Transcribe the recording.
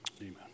Amen